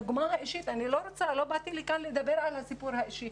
לא באתי לכאן לדבר על הסיפור האישי,